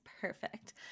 perfect